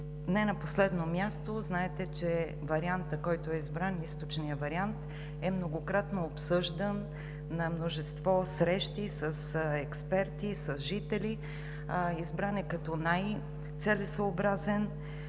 не на последно място, знаете, че вариантът, който е избран – източният вариант, е многократно обсъждан на множество срещи с експерти, с жители. Избран е като най-целесъобразен